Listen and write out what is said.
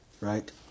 Right